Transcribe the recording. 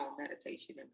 meditation